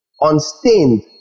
Unstained